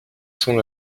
sont